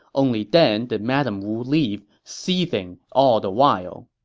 only then did madame wu leave, seething all the while.